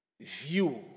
view